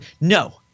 no